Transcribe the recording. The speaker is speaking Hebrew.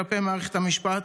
כלפי מערכת המשפט,